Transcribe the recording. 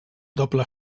doble